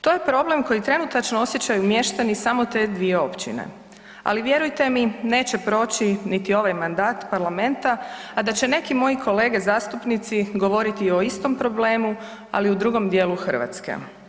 To je problem koji trenutačno osjećaju mještani samo te dvije općine, ali vjerujte mi neće proći niti ovaj mandat parlamenta, a da će neki moji kolege zastupnici govoriti o istom problemu ali u drugom dijelu Hrvatske.